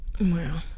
Wow